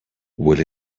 will